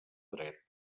dret